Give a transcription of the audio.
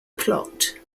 plot